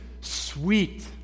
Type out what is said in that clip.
sweet